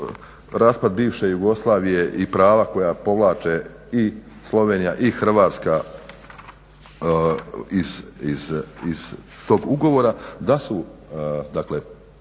raspad bivše Jugoslavije i prava koja povlače i Slovenija i Hrvatska iz tog ugovora da su obične,